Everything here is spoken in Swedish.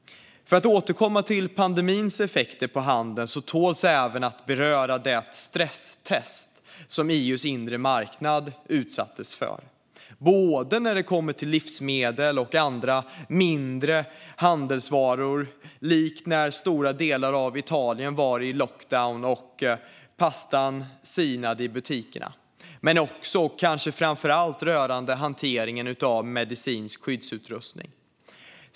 För att återkomma till pandemins effekter på handeln tål även att beröras det stresstest som EU:s inre marknad utsattes för. Det handlade både om livsmedel och andra mindre handelsvaror, som när stora delar av Italien var i lockdown och pastan sinade i butikerna, och, kanske framför allt, om hanteringen av medicinsk skyddsutrustning.